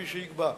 כפי שייקבע,